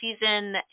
season